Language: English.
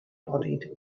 bodied